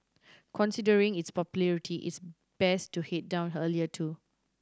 considering its popularity it's best to head down earlier too